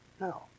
No